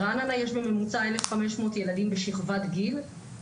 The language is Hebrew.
ברעננה יש בממוצע 1,500 ילדים בשכבת גיל.